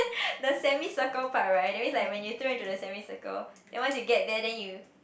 the semi circle part right that means like when you throw into the semi circle then once you get there then you